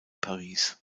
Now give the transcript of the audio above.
paris